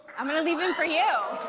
i'm going to leave him for you.